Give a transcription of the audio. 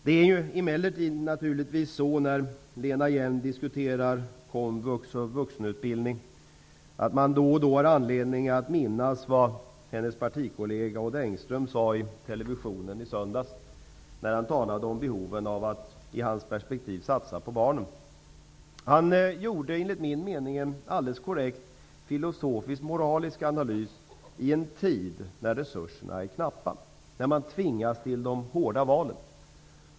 När Lena Hjelm-Wallén diskuterar komvux och vuxenutbildning finns det emellertid anledning att minnas vad hennes partikollega Odd Engström sade i televisionen i söndags, när han talade om behovet om att i hans perspektiv satsa på barnen. Han gjorde enligt min mening en alldeles korrekt filosofisk-moralisk analys i en tid när resurserna är knappa, när man tvingas till de hårda valen.